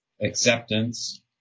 acceptance